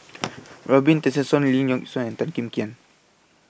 Robin Tessensohn Lee Yock Suan and Tan Kim Tian